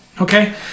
Okay